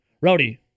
Rowdy